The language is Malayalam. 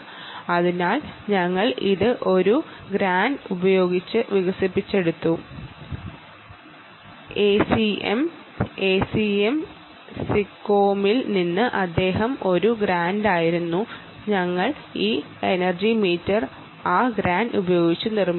അതിനാൽ ഞങ്ങൾ ഇത് ഒരു ഗ്രാന്റ് ഉപയോഗിച്ച് വികസിപ്പിച്ചെടുത്തു എസിഎം സിഗ്കോമിൽ നിന്ന് ഉള്ള ഒരു ഗ്രാന്റായിരുന്നു ഞങ്ങൾ ഈ എനർജി മീറ്റർ ആ ഗ്രാൻഡ് ഉപയോഗിച്ച് നിർമ്മിച്ചു